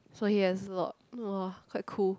so he has a lot !wah! quite cool